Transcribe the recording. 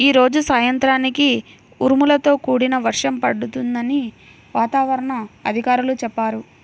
యీ రోజు సాయంత్రానికి ఉరుములతో కూడిన వర్షం పడుతుందని వాతావరణ అధికారులు చెప్పారు